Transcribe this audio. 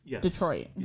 Detroit